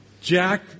Jack